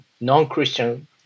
non-Christian